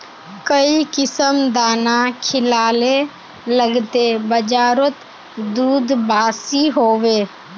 काई किसम दाना खिलाले लगते बजारोत दूध बासी होवे?